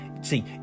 see